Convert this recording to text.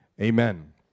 amen